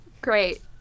Great